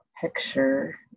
picture